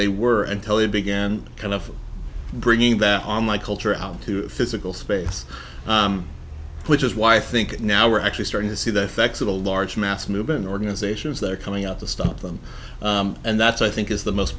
they were until they began kind of bringing that on my culture out to physical space which is why i think now we're actually starting to see the effects of the large mass movement organizations that are coming out to stop them and that's i think is the most